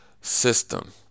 system